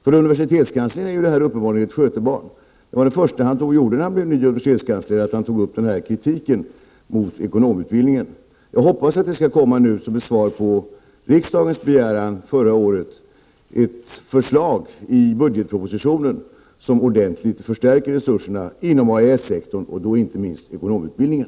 För universitetskanslern är detta uppenbarligen ett skötebarn. Det första han gjorde när han blev ny universitetskansler var att ta upp denna kritik mot ekonomutbildningen. Jag hoppas att det som svar på riksdagens begäran förra året nu skall komma ett förslag i budgetpropositionen som ordentligt förstärker resurserna inom AES-sektorn, inte minst till ekonomutbildningen.